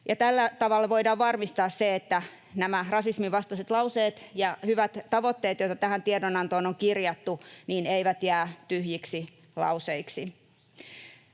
Tällä tavalla voidaan varmistaa se, että nämä rasisminvastaiset lauseet ja hyvät tavoitteet, joita tähän tie- donantoon on kirjattu, eivät jää tyhjiksi lauseiksi.